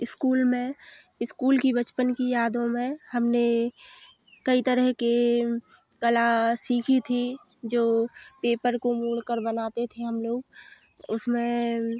school में school की बचपन की यादों में हमने कई तरह की कला सीखी थी जो पेपर को मोड़कर बनाते थे हम लोग उसमें